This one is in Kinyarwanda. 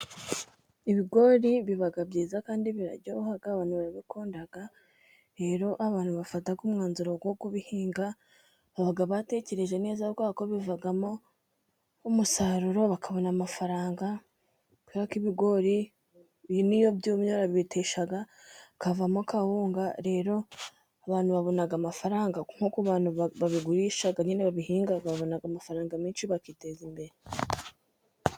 Ibigori biba byiza kandi biraryoha, abantu barabikunda, rero abantu bafata umwanzuro wo kubihinga, abagabo batekereje neza kubera ko bivamo umusaruro bakabona amafaranga, kubera ko ibigori niyo byumye barabitesha hakavamo kawunga, rero abantu babona amafaranga nko ku abantu babigurisha, nyine babihinga babona amafaranga menshi bakiteza imbere.